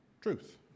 truth